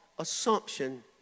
Assumption